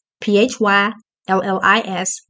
P-H-Y-L-L-I-S